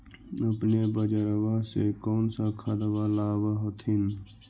अपने बजरबा से कौन सा खदबा लाब होत्थिन?